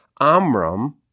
Amram